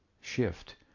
shift